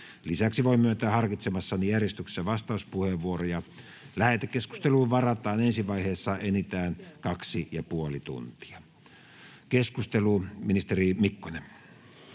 puhemies voi myöntää harkitsemassaan järjestyksessä vastauspuheenvuoroja. Lähetekeskusteluun varataan ensi vaiheessa enintään 2,5 tuntia. — Keskustelu, ministeri Mikkonen.